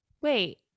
wait